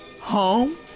Home